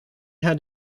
had